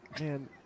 Man